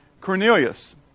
Cornelius